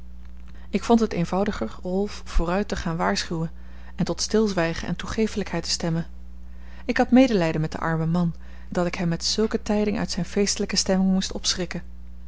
ik vond het eenvoudiger rolf vooruit te gaan waarschuwen en tot stilzwijgen en toegeefelijkheid te stemmen ik had medelijden met den armen man dat ik hem met zulke tijding uit zijne feestelijke stemming moest opschrikken